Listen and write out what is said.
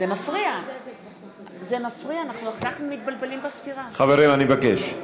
מקוזזת בחוק הזה, חברים, אני מבקש.